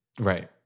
Right